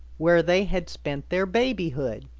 where they had spent their babyhood.